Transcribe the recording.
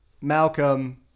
Malcolm